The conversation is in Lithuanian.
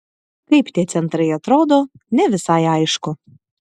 kaip tie centrai atrodo ne visai aišku